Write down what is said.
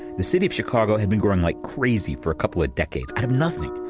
the city of chicago had been growing like crazy for a couple of decades out of nothing.